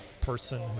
person